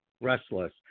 restless